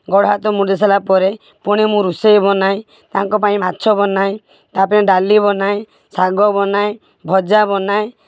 ଗୋଡ଼ ହାତ ମୋଡ଼ି ସରିଲା ପରେ ପୁଣି ମୁଁ ରୋଷେଇ ବନାଏ ତାଙ୍କ ପାଇଁ ମାଛ ବନାଏ ତାପାଇଁ ଡ଼ାଲି ବନାଏ ଶାଗ ବନାଏ ଭଜା ବନାଏ